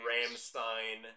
Ramstein